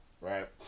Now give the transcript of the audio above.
right